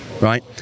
right